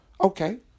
Okay